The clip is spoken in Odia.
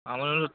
ଆମର୍